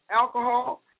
alcohol